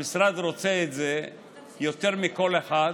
המשרד רוצה את זה יותר מכל אחד,